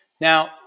Now